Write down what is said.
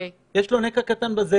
כי יש לו נקע קטן בזרת.